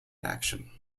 action